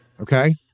Okay